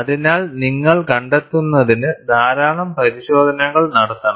അതിനാൽ നിങ്ങൾ കണ്ടെത്തുന്നതിന് ധാരാളം പരിശോധനകൾ നടത്തണം